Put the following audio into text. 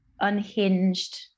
unhinged